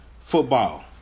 football